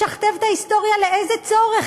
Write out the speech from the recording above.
משכתב את ההיסטוריה, לאיזה צורך?